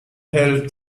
help